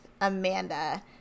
Amanda